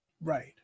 Right